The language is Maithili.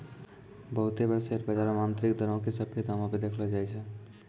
बहुते बार शेयर बजारो मे आन्तरिक दरो के सभ्भे दामो पे देखैलो जाय छै